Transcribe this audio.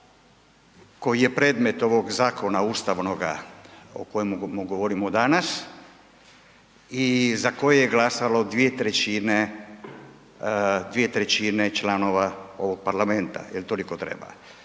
koji je predmet ovog zakona ustavnoga o kojemu govorimo danas i za koje je glasalo 2/3 članova ovog parlamenta jer toliko treba.